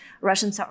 Russian